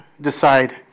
decide